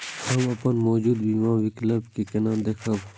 हम अपन मौजूद बीमा विकल्प के केना देखब?